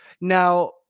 Now